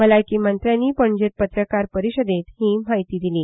भलायकी मंत्र्यांनी पणजेंत पत्रकार परिशदेंत ही माहिती दिली